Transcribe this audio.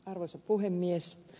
arvoisa puhemies